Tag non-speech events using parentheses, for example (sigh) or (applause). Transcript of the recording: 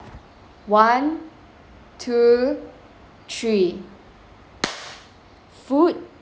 one two three (noise) food